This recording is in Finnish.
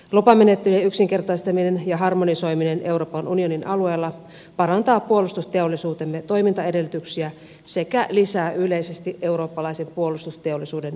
lupamenettelyjen yksinkertaistaminen ja harmonisoiminen euroopan unionin alueella parantaa puolustusteollisuutemme toimintaedellytyksiä sekä lisää yleisesti eurooppalaisen puolustusteollisuuden kilpailukykyä